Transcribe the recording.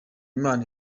imana